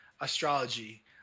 astrology